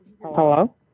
Hello